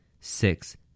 Six